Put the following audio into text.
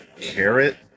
Carrot